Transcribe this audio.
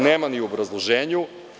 Nema ni u obrazloženju.